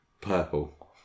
Purple